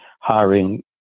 hiring